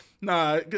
Nah